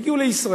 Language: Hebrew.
הם הגיעו לישראל,